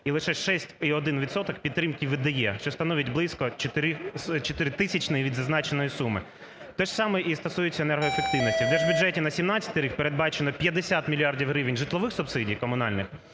і лише 6,1 відсоток підтримки видає, це становить близько чотири тисячні від зазначеної суми. Те ж саме і стосується енергоефективності. В держбюджеті на 2017 рік передбачено 50 мільярдів гривень житлових субсидій комунальних